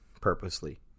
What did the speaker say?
purposely